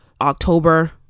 october